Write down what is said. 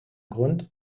grund